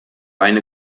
eine